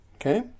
Okay